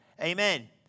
amen